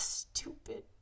stupid